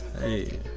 Hey